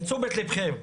לתשומת לבכם,